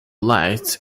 lights